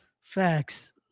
Facts